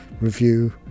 review